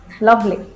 lovely